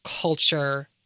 culture